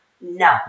No